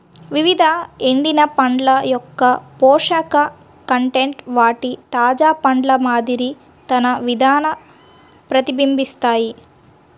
వివిధ ఎండిన పండ్ల యొక్కపోషక కంటెంట్ వాటి తాజా పండ్ల మాదిరి తన విధాన ప్రతిబింబిస్తాయి